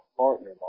partner